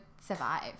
survive